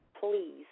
please